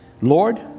Lord